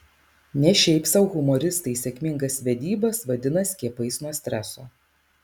ne šiaip sau humoristai sėkmingas vedybas vadina skiepais nuo streso